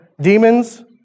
demons